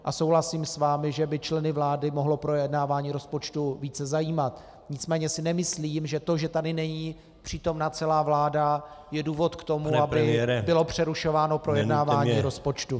A souhlasím s vámi, že by členy vlády mohlo projednávání rozpočtu více zajímat, nicméně si nemyslím, že to, že tady není přítomna celá vláda, je důvod k tomu , aby bylo přerušováno projednávání rozpočtu.